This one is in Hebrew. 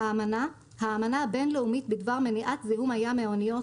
"האמנה" האמנה הבין-לאומית בדבר מניעת זיהום הים מאוניות,